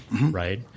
right